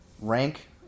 rank